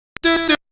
do